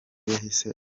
yahise